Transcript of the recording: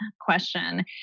question